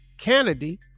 Kennedy